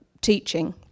teaching